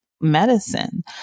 medicine